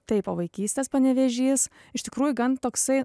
taip o vaikystės panevėžys iš tikrųjų gan toksai